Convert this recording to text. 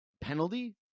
penalty